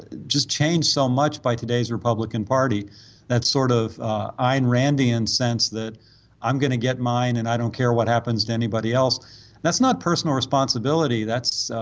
just changed so much by today's republican party that sort of i and randy incensed that i'm gonna get mine and i don't care what happens to anybody else that's not personal responsibility that's